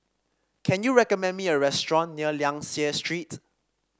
can you recommend me a restaurant near Liang Seah Street